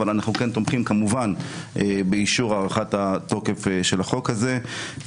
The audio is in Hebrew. אבל אנחנו כן תומכים כמובן באישור הארכת התוקף של החוק הזה,